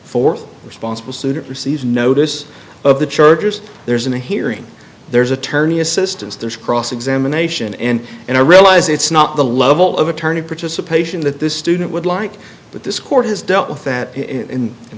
for responsible student receives notice of the chargers there's a hearing there's attorney assistants there's cross examination and and i realize it's not the level of attorney participation that this student would like but this court has dealt with that in